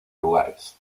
lugares